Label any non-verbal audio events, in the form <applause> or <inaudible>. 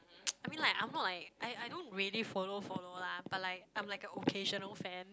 <noise> I mean like I'm not like I I don't really follow follow lah but like I'm like a occasional fan